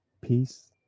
peace